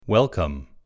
Welcome